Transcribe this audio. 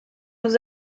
nous